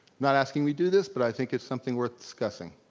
not asking we do this, but i think it's something worth discussing.